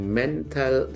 mental